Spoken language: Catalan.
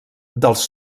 dels